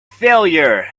failure